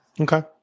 Okay